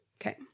Okay